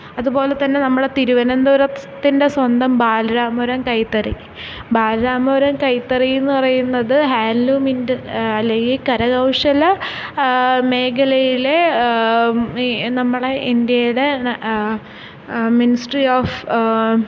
അതുപോലെ തന്നെ നമ്മളെ തിരുവനന്തപുരം ത്തിന്റെ സ്വന്തം ബാലരാമപുരം കൈത്തറി ബാലരാമപുരം കൈത്തറി എന്ന് പറയുന്നത് ഹാന്ലൂമിന്റെ അല്ലെങ്കിൽ കരകൗശല മേഖലയിലെ ഈ നമ്മളുടെ ഇന്ത്യയുടെ ന മിനിസ്ട്രി ഓഫ്